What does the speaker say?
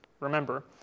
remember